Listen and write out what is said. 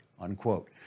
unquote